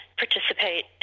participate